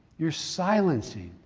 you're silencing.